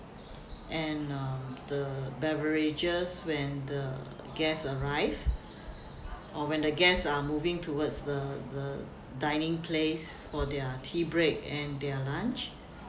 and uh the beverages when the guests arrive or when the guests are moving towards the the dining place for their tea break and their lunch